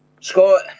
Scott